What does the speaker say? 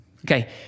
Okay